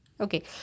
Okay